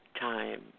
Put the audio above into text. Time